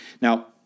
Now